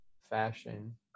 fashion